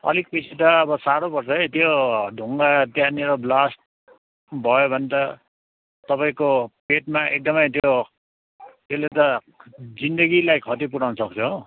अलिक पिछे त साह्रो पर्छ है त्यो ढुङ्गा त्यहाँनिर ब्लास्ट भयो भने त तपाईँको पेटमा एकदमै त्यो त्यसले त जिन्दगीलाई खति पुऱ्याउन सक्छ हो